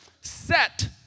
set